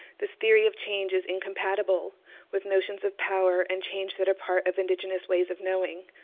this theory of change is incompatible with notions of power and change that are part of indigenous ways of knowing,